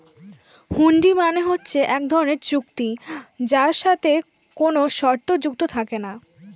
হুন্ডি মানে হচ্ছে এক ধরনের চুক্তি যার সাথে কোনো শর্ত যুক্ত থাকে না